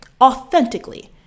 authentically